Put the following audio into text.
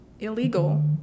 illegal